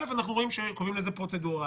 אנחנו רואים שקוראים לזה פרוצדורה.